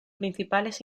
principales